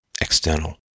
external